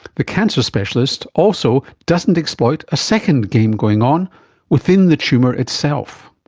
the cancer specialist also doesn't exploit a second game going on within the tumour itself.